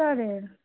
चालेल